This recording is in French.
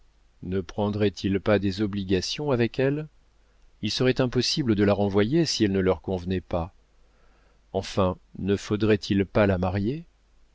ne prendraient ils pas des obligations avec elle il serait impossible de la renvoyer si elle ne leur convenait pas enfin ne faudrait-il pas la marier